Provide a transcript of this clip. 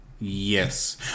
Yes